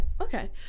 Okay